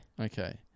Okay